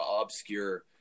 obscure